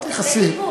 אל תכעסי.